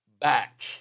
back